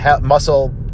muscle